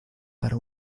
para